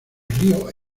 río